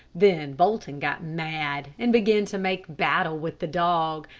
then bolton got mad, and began to make battle with the dog,